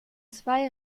zwei